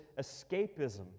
escapism